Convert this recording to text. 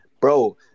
bro